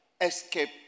escape